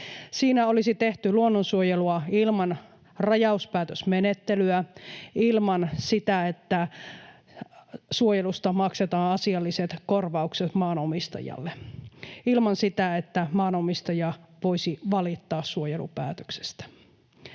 Siinä olisi tehty luonnonsuojelua ilman rajauspäätösmenettelyä; ilman sitä, että suojelusta maksetaan asialliset korvaukset maanomistajalle; ilman sitä, että maanomistaja voisi valittaa suojelupäätöksestä.